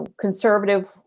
conservative